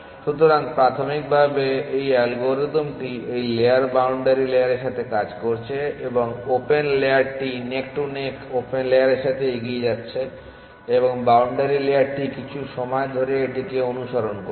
সুতরাং প্রাথমিকভাবে এই অ্যালগরিদমটি এই লেয়ার বাউন্ডারি লেয়ারের সাথে কাজ করছে এবং ওপেন লেয়ারটি নেক টু নেক ওপেন লেয়ারের সাথে এগিয়ে যাচ্ছে এবং বাউন্ডারি লেয়ারটি কিছু সময় ধরে এটিকে অনুসরণ করছে